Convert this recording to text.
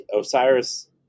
Osiris